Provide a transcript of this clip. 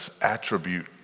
attribute